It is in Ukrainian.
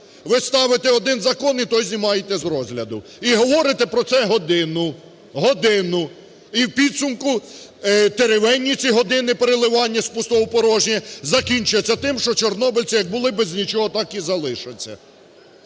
ви ставите один закон, і той знімаєте з розгляду, і говорите про це годину, годину, і в підсумку теревені ці години переливання з пустого в порожнє закінчаться тим, що чорнобильці як були без нічого так і залишаться.